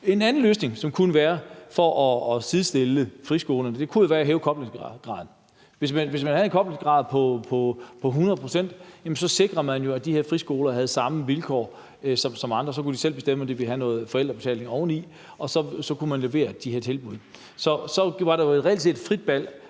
En anden løsning til at sidestille friskolerne kunne være at hæve koblingsprocenten. Hvis man havde en koblingsprocent på 100, ville man jo sikre, at de her friskoler havde samme vilkår som andre, og så kunne de selv bestemme, om de ville have noget forældrebetaling oveni, og så kunne man levere de her tilbud. Så var der jo reelt set et frit valg